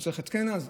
הוא צריך התקן אז?